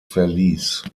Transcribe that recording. verließ